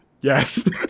Yes